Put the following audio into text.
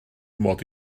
mod